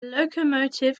locomotive